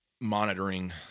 monitoring